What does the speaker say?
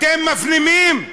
אתם מפנימים?